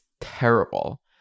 terrible